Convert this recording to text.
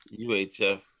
UHF